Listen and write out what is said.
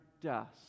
dust